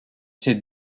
ses